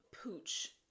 pooch